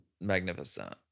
magnificent